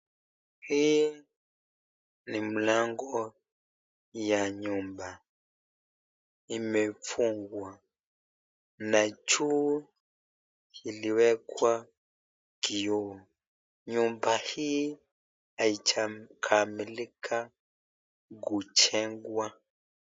Hii ni mlango ya nyumba imefungwa, na juu iliwekwa kioo. Nyumba hii haijakamilika kujengwa.